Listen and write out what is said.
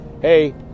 hey